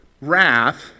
wrath